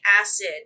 acid